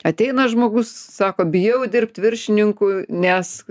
ateina žmogus sako bijau dirbt viršininku nes